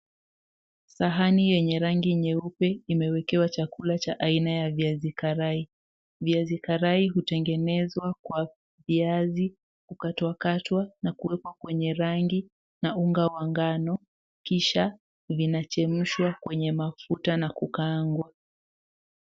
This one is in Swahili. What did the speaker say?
Sahani yenye rangi nyeupe imewekewa chakula cha aina ya viazi karai. Viazi karai hutengenezwa kwa viazi kukatwakatwa na kuwekwa kwenye rangi na unga wa ngano kisha vinachemshwa kwenye mafuta na kukaangwa.